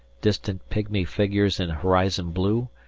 distant pigmy figures in horizon blue,